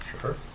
Sure